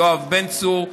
יואב בן צור,